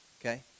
okay